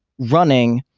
running